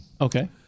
Okay